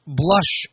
blush